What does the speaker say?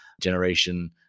generation